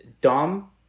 dumb